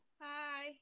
Hi